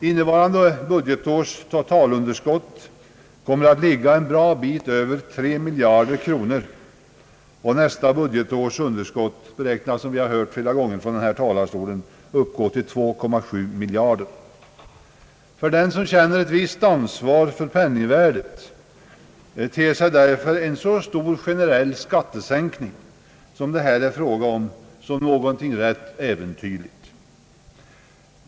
Inne varande budgetårs totalunderskott kommer att ligga en bra bit över 3 miljarder kronor, och nästa budgetårs underskott beräknas, som vi flera gånger har hört under debatten, uppgå till 2,7 miljarder kronor. För den som känner ett visst ansvar för penningvärdet ter sig därför en så stor generell skattesänkning som det här är fråga om som något ganska äventyrligt.